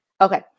okay